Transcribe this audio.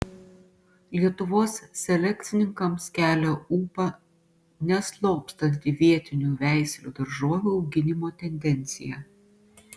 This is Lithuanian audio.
lietuvos selekcininkams kelia ūpą neslopstanti vietinių veislių daržovių auginimo tendencija